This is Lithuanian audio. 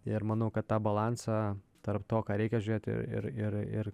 ir manau kad tą balansą tarp to ką reikia žiūrėti ir ir ir